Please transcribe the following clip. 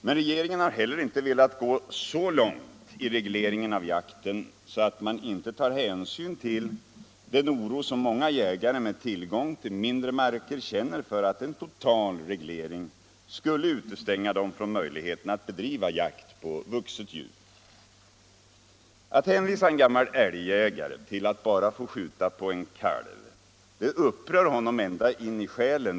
Men regeringen har heller inte velat gå så långt i regleringen av jakten att man inte tar hänsyn till den oro som många jägare med tillgång till mindre marker känner för att en total reglering skulle utestänga dem från möjligheterna att bedriva jakt på vuxet djur. Att hänvisa en gammal älgjägare till att bara få skjuta på kalv, det upprör honom ända in i själen.